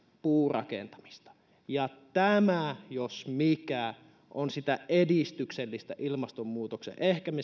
puurakentamista tämä jos mikä on sitä edistyksellistä ilmastonmuutoksen